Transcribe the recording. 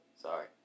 Sorry